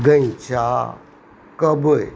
गैञ्चा कब्बइ